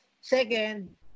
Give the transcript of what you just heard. Second